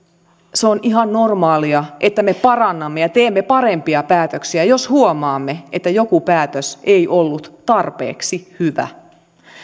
se on ihan normaalia että me parannamme ja teemme parempia päätöksiä jos huomaamme että joku päätös ei ollut tarpeeksi hyvä